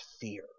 fear